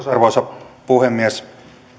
arvoisa puhemies